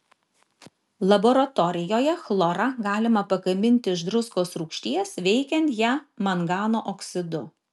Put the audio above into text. laboratorijoje chlorą galima pagaminti iš druskos rūgšties veikiant ją mangano oksidu